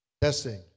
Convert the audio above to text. Testing